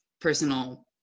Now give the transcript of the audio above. personal